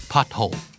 Pothole